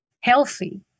healthy